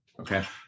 Okay